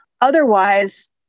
otherwise